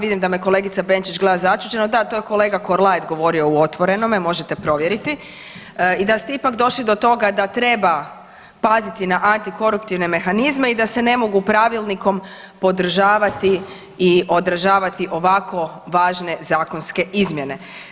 Vidim da me kolegica Benčić gleda začuđeno, da to je kolega Korlaet govorio u „Otvorenome“, možete provjeriti i da ste ipak došli do toga da treba paziti na antikoruptivne mehanizme i da se ne mogu pravilnikom podržavati i odražavati ovako važne zakonske izmjene.